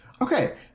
Okay